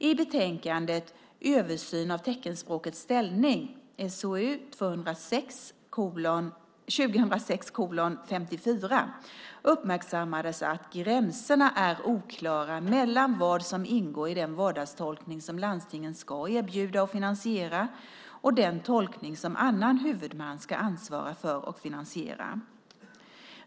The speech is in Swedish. I betänkandet Översyn av teckenspråkets ställning uppmärksammades att gränserna är oklara mellan vad som ingår i den vardagstolkning som landstingen ska erbjuda och finansiera och den tolkning som annan huvudman ska ansvara för och finansiera.